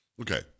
Okay